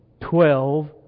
twelve